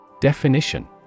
Definition